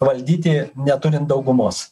valdyti neturint daugumos